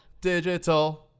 Digital